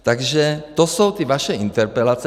Takže to jsou ty vaše interpelace.